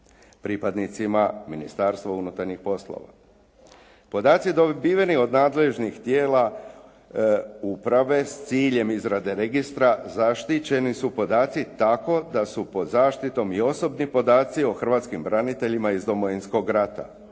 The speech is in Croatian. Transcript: pripadnicima Ministarstva unutarnjih poslova. Podaci dobiveni od nadležnih tijela uprave s ciljem izrade registra zaštićeni su podaci tako da su pod zaštitom i osobni podaci o hrvatskim braniteljima iz Domovinskog rata,